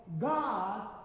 God